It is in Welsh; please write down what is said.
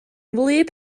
wlyb